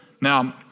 Now